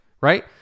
right